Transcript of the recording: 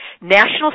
National